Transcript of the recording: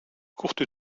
courte